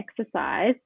exercise